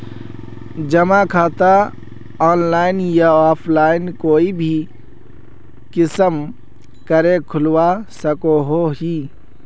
जमा खाता ऑनलाइन या ऑफलाइन कोई भी किसम करे खोलवा सकोहो ही?